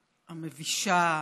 המבישה,